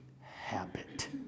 habit